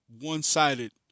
one-sided